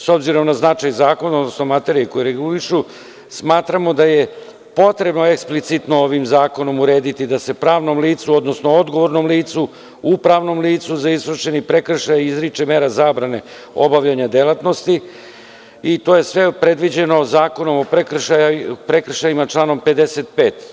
S obzirom na značaj zakona, odnosno materije koja reguliše, smatramo da je potrebno eksplicitno ovim zakonom urediti da se pravnom licu, odnosno odgovornom licu u pravnom licu za izvršeni prekršaj izriče mera zabrane obavljanja delatnosti i to je sve predviđeno Zakonom o prekršajima, članom 55.